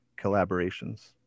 collaborations